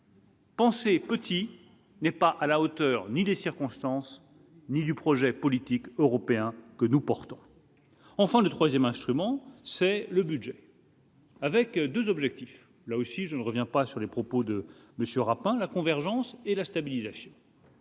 Pensez petit n'est pas à la hauteur, ni les circonstances ni du projet politique européen que nous portons, enfin le 3ème instrument, c'est le budget. Avec 2 objectifs, là aussi, je ne reviens pas sur les propos de monsieur Rapin la convergence et la stabilisation.